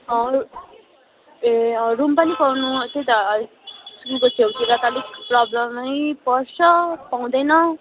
अँ ए अँ रुम पनि पाउनु त्यही त अलिक स्कुलको छेउतिर त अलिक प्रब्लेमै पर्छ पाउँदैन